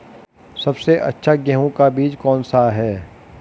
सबसे अच्छा गेहूँ का बीज कौन सा है?